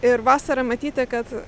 ir vasarą matyti kad